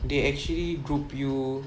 they actually group you